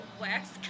wax